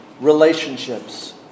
Relationships